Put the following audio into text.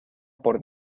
por